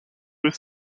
his